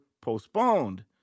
postponed